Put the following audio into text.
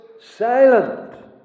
Silent